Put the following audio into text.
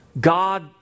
God